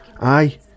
Aye